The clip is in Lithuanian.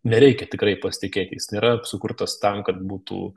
nereikia tikrai pasitikėt jais nėra sukurtas tam kad būtų